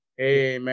Amen